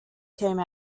came